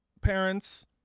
parents